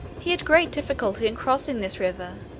he had great difficulty in crossing this river,